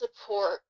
support